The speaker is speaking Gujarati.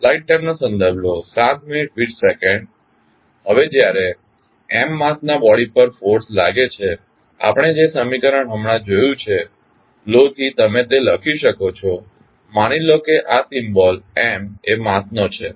હવે જ્યારે M માસના બોડી પર ફોર્સ લાગે છે આપણે જે સમીકરણ હમણાં જોયું છે લો થી તમે તે લખી શકો છો માની લો કે આ સીમ્બોલ M એ માસ નો છે